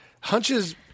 Hunches